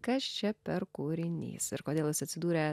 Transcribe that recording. kas čia per kūrinys ir kodėl jis atsidūrė